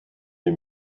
des